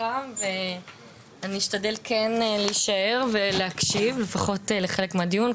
אני אשתדל כן להישאר ולהקשיב, לפחות לחלק מהדיון.